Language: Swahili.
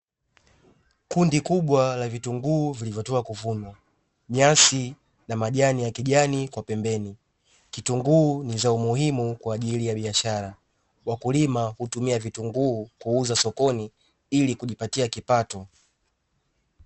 Kundi kubwa la vitunguu vilivyotoka kuvunwa, nyasi na majani ya kijani kwa pembeni, kitunguu ni zao muhimu kwa ajili ya biashara wakulima hutumia vitunguu kuuza sokoni ili kujipatia kipato.